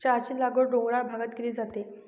चहाची लागवड डोंगराळ भागात केली जाते